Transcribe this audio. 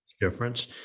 difference